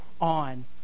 on